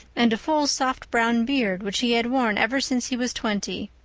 and a full, soft brown beard which he had worn ever since he was twenty.